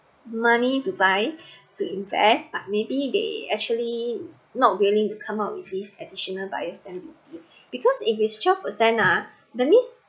money to buy to invest but maybe they actually not willing to come up with these additional buyer's stamp duty because if it's twelve percent ah that means